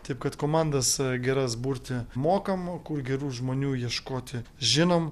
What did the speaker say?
taip kad komandas geras burti mokam kur gerų žmonių ieškoti žinom